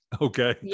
Okay